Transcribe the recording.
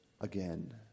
again